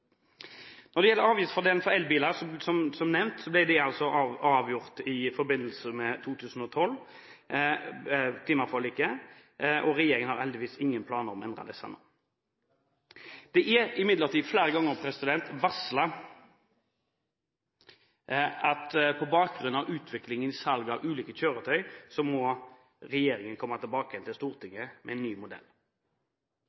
Når det gjelder avgiftsfordelene for elbiler, ble det som nevnt avgjort i forbindelse med klimaforliket i 2012, og regjeringen har heldigvis ingen planer om å endre disse nå. Det er imidlertid flere ganger varslet at på bakgrunn av utviklingen i salg av ulike kjøretøy, må regjeringen komme tilbake til